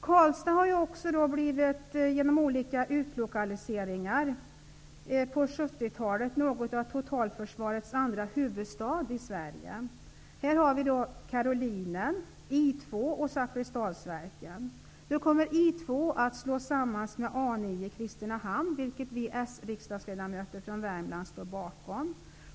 Karlstad har genom olika utlokaliseringar på 70 talet blivit något av totalförsvarets andra huvudstad i Sverige. Här har vi Karolinen, I 2 och Zakrisdalsverken. Nu kommer I 2 att slås samman med A 9 i Kristinehamn, vilket vi sriksdagsledmöter från Värmland står bakom.